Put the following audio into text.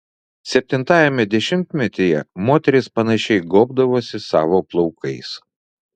septintajame dešimtmetyje moterys panašiai gobdavosi savo plaukais